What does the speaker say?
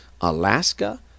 Alaska